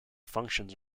functions